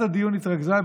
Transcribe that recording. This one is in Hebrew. ההצעה.